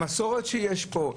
המסורת שיש פה,